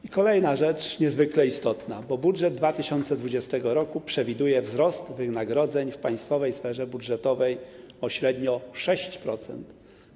I kolejna rzecz, niezwykle istotna: budżet 2020 r. przewiduje wzrost wynagrodzeń w państwowej sferze budżetowej o średnio 6%.